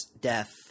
death